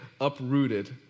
uprooted